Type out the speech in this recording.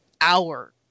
hour